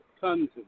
tons